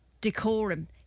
decorum